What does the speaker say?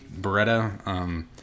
Beretta